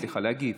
סליחה, להגיב.